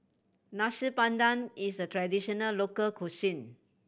Nasi Padang is a traditional local cuisine